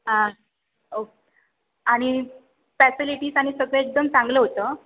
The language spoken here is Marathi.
हां ओक आणि फॅसिलिटीज आणि सगळं एकदम चांगलं होतं